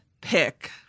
pick